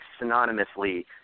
synonymously